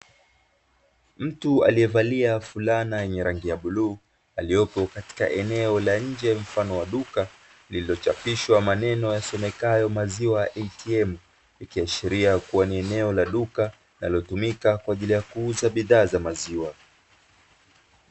Mtu aliyevalia fulana yenye rangi ya bluu aliyopo katika eneo la nje mfano wa duka lililochapishwa maneno yasomekayo "maziwa ATM", ikiashiria ni eneo la duka linalotumika kwa ajili ya kuuza bidhaa za maziwa.